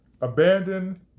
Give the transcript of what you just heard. abandon